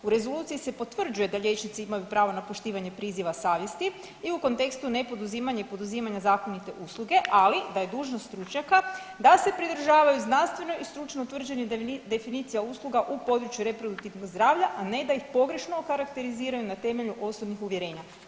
U rezoluciji se potvrđuje da liječnici imaju pravo na poštivanje priziva savjesti i u kontekstu nepoduzimanja i poduzimanja zakonite usluge, ali da je dužnost stručnjaka da se pridržavaju znanstveno i stručno utvrđenih definicija usluga u području reproduktivnog zdravlja, a ne da ih pogrešno okarakteriziraju na temelju osobnih uvjerenja.